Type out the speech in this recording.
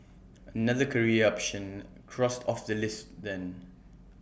another career option crossed off the list then